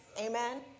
Amen